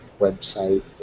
website